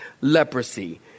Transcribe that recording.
leprosy